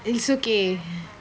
it's okay